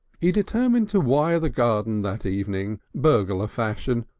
he determined to wire the garden that evening, burglar fashion,